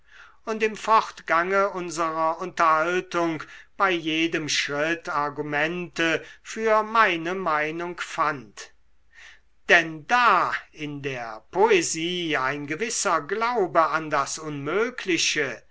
und im fortgange unserer unterhaltung bei jedem schritt argumente für meine meinung fand denn da in der poesie ein gewisser glaube an das unmögliche